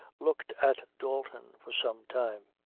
looked at dalton for some time.